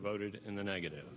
voted in the negative